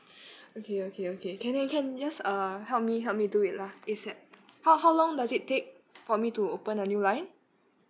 okay okay okay can I can you can just uh help me help me do it lah ASAP how how long does it take for me to open a new line